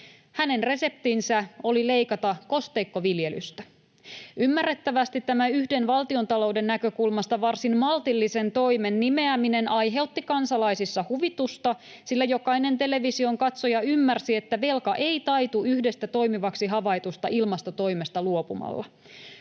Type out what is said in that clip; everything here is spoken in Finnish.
Hänen reseptinsä oli leikata kosteikkoviljelystä. Ymmärrettävästi tämä yhden valtiontalouden näkökulmasta varsin maltillisen toimen nimeäminen aiheutti kansalaisissa huvitusta, sillä jokainen television katsoja ymmärsi, että velka ei taitu yhdestä toimivaksi havaitusta ilmastotoimesta luopumalla.